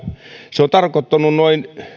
se on tarkoittanut noin